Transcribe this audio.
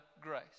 grace